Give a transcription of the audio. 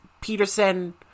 Peterson